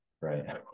right